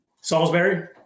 Salisbury